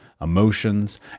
emotions